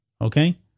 Okay